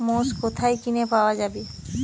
মোষ কোথায় কিনে পাওয়া যাবে?